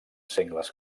sengles